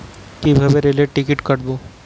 কিভাবে রেলের টিকিট কাটব?